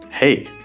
Hey